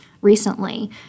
Recently